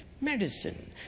medicine